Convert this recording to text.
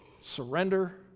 Surrender